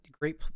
great